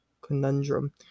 conundrum